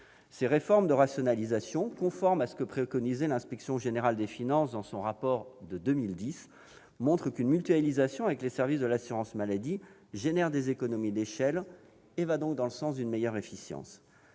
Ces réformes, conformes à ce que préconisait l'Inspection générale des finances dans son rapport de 2010, montrent qu'une mutualisation avec les services de l'assurance maladie engendre des économies d'échelle et va donc dans le sens d'une plus grande efficience.